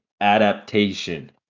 adaptation